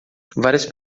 várias